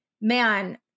man